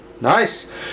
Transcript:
nice